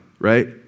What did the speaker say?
right